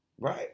Right